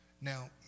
Now